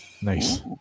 Nice